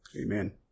Amen